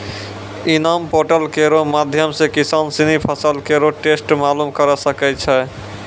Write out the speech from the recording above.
इनाम पोर्टल केरो माध्यम सें किसान सिनी फसल केरो रेट मालूम करे सकै छै